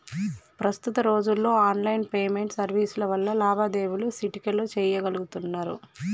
ప్రస్తుత రోజుల్లో online payment సర్వీసుల వల్ల లావాదేవీలు చిటికెలో చెయ్యగలుతున్నరు